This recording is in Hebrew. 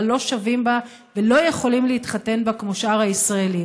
אבל לא שווים בה ולא יכולים להתחתן בה כמו שאר הישראלים.